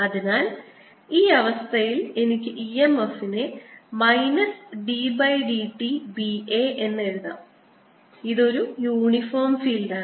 അതിനാൽ ഈ അവസ്ഥയിൽ എനിക്ക് e m f നെ minus d by dt B A എന്ന് എഴുതാം ഇത് ഒരു യൂണിഫോം ഫീൽഡാണ്